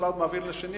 משרד אחד מעביר לשני,